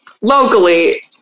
locally